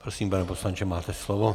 Prosím, pane poslanče, máte slovo.